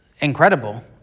incredible